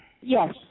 Yes